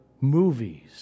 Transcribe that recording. movies